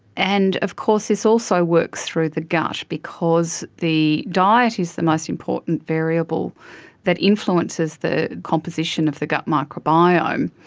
and of course this also works through the gut because the diet is the most important variable that influences the composition of the gut microbiome,